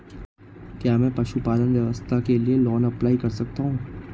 क्या मैं पशुपालन व्यवसाय के लिए लोंन अप्लाई कर सकता हूं?